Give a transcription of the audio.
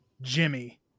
Jimmy